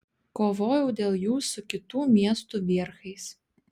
kovojau dėl jų su kitų miestų vierchais